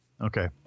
Okay